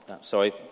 sorry